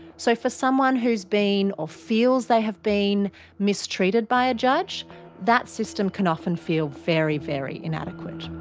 so for someone who's been or feels they have been mistreated by a judge that system can often feel very, very inadequate.